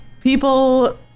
people